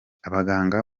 abaganga